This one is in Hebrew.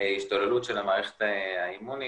השתוללות של המערכת האימונית,